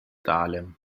dahlem